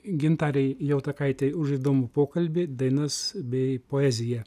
gintarei jautakaitei už įdomų pokalbį dainas bei poeziją